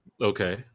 okay